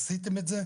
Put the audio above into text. עשיתם את זה,